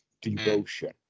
devotion